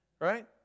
Right